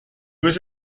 was